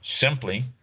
Simply